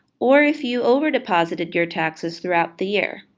or if you overdeposited your taxes throughout the year.